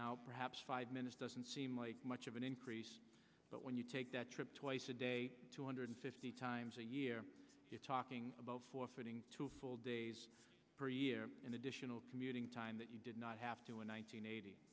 now perhaps five minutes doesn't seem like much of an increase but when you take that trip twice a day two hundred fifty times a year you're talking about forfeiting two full days per year in additional commuting time that you did not have to in one nine hundred eighty